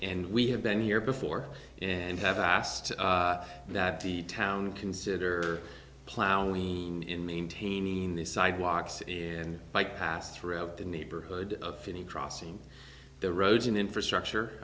and we have been here before and have asked that the town consider plowing lean in maintaining the sidewalks and bike paths throughout the neighborhood of any crossing the road and infrastructure